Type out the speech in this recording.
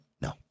No